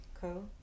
cool